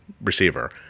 receiver